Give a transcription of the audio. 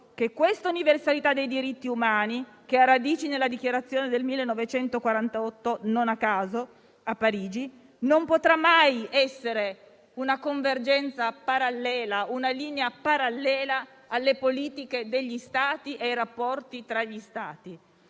che questa universalità dei diritti umani, che ha radici nella dichiarazione del 1948 (non a caso a Parigi), non potrà mai muoversi secondo una convergenza parallela, una linea parallela alle politiche degli Stati e ai rapporti tra di loro.